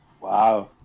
Wow